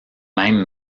même